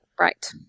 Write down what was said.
Right